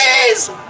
please